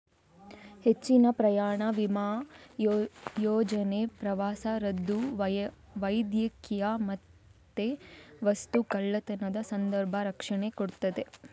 ಹೆಚ್ಚಿನ ಪ್ರಯಾಣ ವಿಮಾ ಯೋಜನೆ ಪ್ರವಾಸ ರದ್ದು, ವೈದ್ಯಕೀಯ ಮತ್ತೆ ವಸ್ತು ಕಳ್ಳತನದ ಸಂದರ್ಭ ರಕ್ಷಣೆ ಕೊಡ್ತದೆ